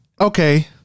Okay